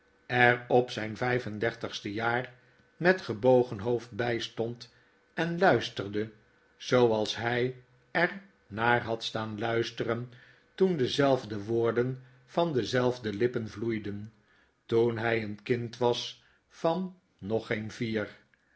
er op zfln vflf en dertigste jaar met gebogen hoofd bij stond en luisterde zooals hij er naar had staan luisteren toen dezelfde woorden van dezelfde lippen vloeiden toen hij een kind was van nog geen vier